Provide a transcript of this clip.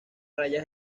rayas